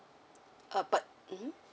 uh but mmhmm